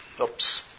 Oops